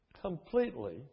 completely